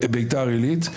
בביתר עילית,